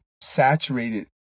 saturated